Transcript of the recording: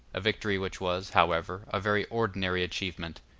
a victory which was, however, a very ordinary achievement,